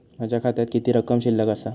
माझ्या खात्यात किती रक्कम शिल्लक आसा?